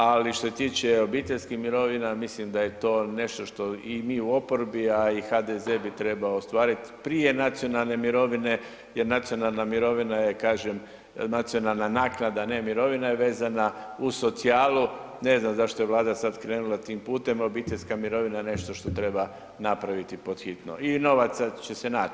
Ali što se tiče obiteljskih mirovina, mislim da je to nešto što i mi u oporbi, a i HDZ bi trebao ostvariti prije nacionalne mirovine jer nacionalna mirovina je nacionalna naknada, a ne mirovina je vezana uz socijalu, ne znam zašto je Vlada sad krenula tim putem, a obiteljska mirovina je nešto što treba napraviti pod hitno i novaca će se nać.